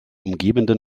umgebenden